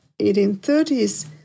1830s